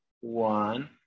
one